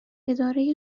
اداره